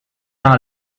hour